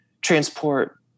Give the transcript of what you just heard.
transport